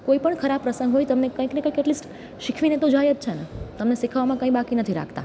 કોઈપણ ખરાબ પ્રસંગ હોય તમને કંઈકને કંઈક એટલીસ્ટ શીખવીને તો જાય જ છે ને તમને શીખવામાં કંઈ બાકી નથી રાખતા